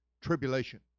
tribulation